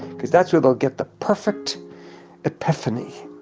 because that's where they'll get the perfect epiphany.